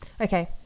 Okay